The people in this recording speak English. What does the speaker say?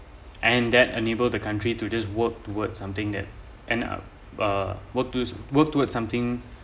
and that enable the country to just work toward something that and uh work to~ work towards something